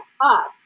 up